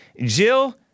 Jill